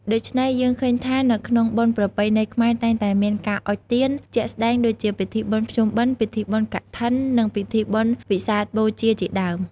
ដូច្នេះយើងឃើញថា នៅក្នុងបុណ្យប្រពៃណីខ្មែរតែងតែមានការអុជទៀន ជាក់ស្តែងដូចជា ពិធីបុណ្យភ្ជុំបិណ្ឌ ពិធីបុណ្យកឋិន និងពិធីបុណ្យវិសាខបូជាជាដើម។